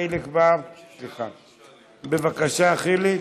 בבקשה, חיליק.